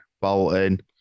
Bolton